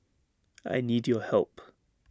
I need your help